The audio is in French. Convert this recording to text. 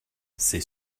c’est